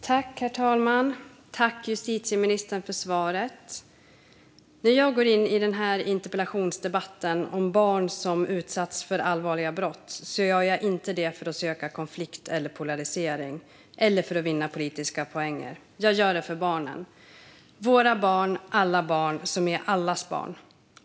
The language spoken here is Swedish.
Herr talman! Tack, justitieministern, för svaret! När jag går in i den här interpellationsdebatten om barn som utsatts för allvarliga brott gör jag det inte för att söka konflikt eller polarisering eller för att vinna politiska poänger. Jag gör det för barnen - våra barn, alla barn som är allas barn.